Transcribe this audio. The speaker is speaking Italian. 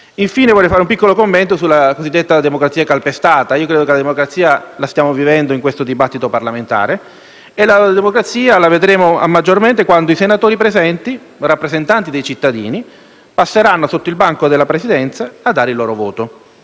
infine, un piccolo commento sulla questione della democrazia calpestata. Credo che la democrazia la stiamo vivendo in questo dibattito e la vedremo maggiormente quando i senatori presenti, rappresentanti dei cittadini, passeranno sotto il banco della Presidenza a dare il loro voto